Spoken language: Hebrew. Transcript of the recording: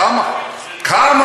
כמה?